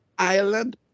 Ireland